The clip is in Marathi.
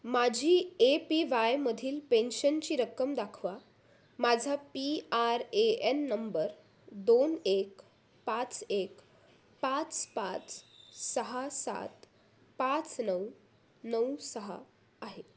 माझी ए पी वायमधील पेन्शनची रक्कम दाखवा माझा P R A N number दोन एक पाच एक पाच पाच सहा सात पाच नऊ नऊ सहा आहे